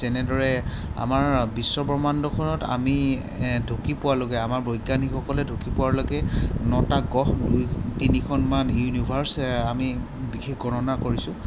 তেনেদৰে আমাৰ বিশ্বব্ৰহ্মাণ্ডখনত আমি ঢুকি পোবালৈকে আমাৰ বৈজ্ঞানিকসকলে ঢুকি পোৱালৈকে নটা গ্ৰহ বুলি তিনিখনমান ইউনিভাৰ্ছ আমি বিশেষ গণনা কৰিছোঁ